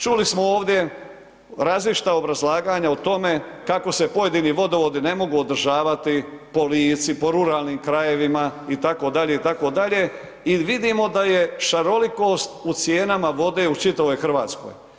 Čuli smo ovdje različita obrazlaganja o tome kako se pojedini vodovodi ne mogu održavati po Lici, po ruralnim krajevima itd. itd. i vidimo da je šarolikost u cijenama vode u čitavoj RH.